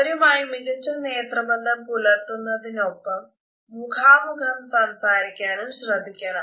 അവരുമായി മികച്ച നേത്രബന്ധം പുലർത്തുന്നതിനൊപ്പം മുഖാമുഖം സംസാരിക്കാനും ശ്രദ്ധിക്കണം